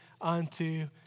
unto